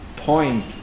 point